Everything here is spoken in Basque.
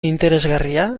interesgarria